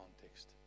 context